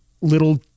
little